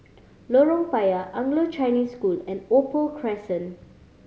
Lorong Payah Anglo Chinese School and Opal Crescent